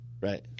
Right